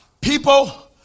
people